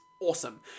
awesome